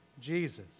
Jesus